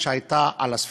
שהייתה על הספינה.